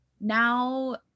now